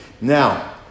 Now